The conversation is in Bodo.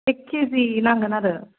एक किजि नांगोन आरो